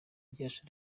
ryacu